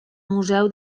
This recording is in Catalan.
museu